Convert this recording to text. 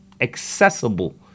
accessible